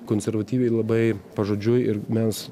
konservatyviai labai pažodžiui ir mes